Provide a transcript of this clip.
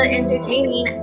entertaining